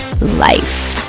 life